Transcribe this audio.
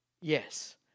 yes